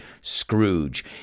Scrooge